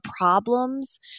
problems